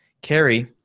Carrie